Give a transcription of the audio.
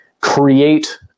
create